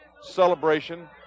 celebration